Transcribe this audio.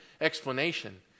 explanation